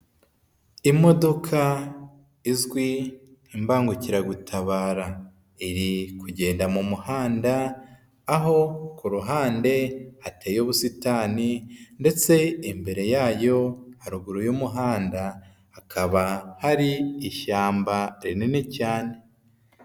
Imodoka izwi nk'imbangukiragutabara, iri kugenda mu muhanda, aho kuhande hateye ubusitani ndetse imbere yayo haruguru y'umuhanda hakaba hari ishyamba rinini cyane.